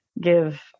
give